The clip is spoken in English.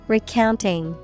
Recounting